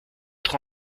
trop